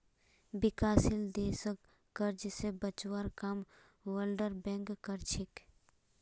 विकासशील देशक कर्ज स बचवार काम वर्ल्ड बैंक कर छेक